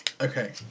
Okay